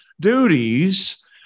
duties